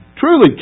Truly